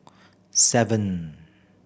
seven